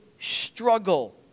struggle